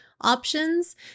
options